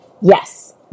Yes